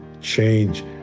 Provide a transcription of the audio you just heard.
change